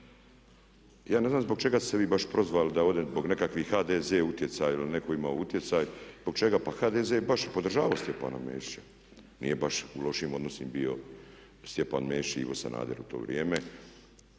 ja ne znam zbog čega ste vi baš prozvali da ovdje zbog nekakvih HDZ utjecaj ili netko ima utjecaj, zbog čega? Pa HDZ je baš podražavao Stjepana Mesića, nije baš u lošim odnosima bio Stjepan Mesić i Ivo Sanader u to vrijeme.